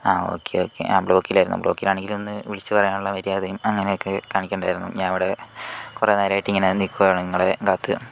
ആ okay okay ഞാൻ ബ്ലോക്കിൽ ആയിരുന്നു ബ്ലോക്കിൽ ആണെങ്കിൽ ഒന്ന് വിളിച്ചു പറയാനുള്ള മര്യാദ അങ്ങനെയൊക്കെ കാണിക്കണ്ടായിരുന്നോ ഞാൻ ഇവിടെ കുറെ നേരമായിട്ട് ഇങ്ങനെ നിൽക്കുവാണ് നിങ്ങളെയും കാത്തു